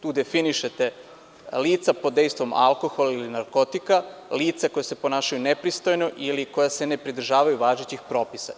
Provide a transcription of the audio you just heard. Tu definišete lica pod dejstvom alkohola ili narkotika, lica koja se ponašaju nepristojno ili koja se ne pridržavaju važećeg propisa.